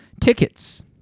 Tickets